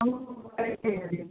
हमहुँ घुमबैके अयलियै छथिन